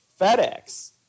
FedEx